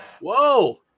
whoa